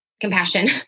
Compassion